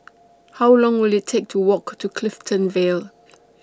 How Long Will IT Take to Walk to Clifton Vale